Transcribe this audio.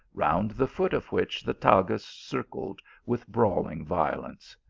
round the foot of which the tagus circled with brawling violence.